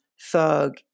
thug